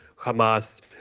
Hamas